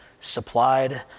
supplied